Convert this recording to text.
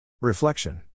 Reflection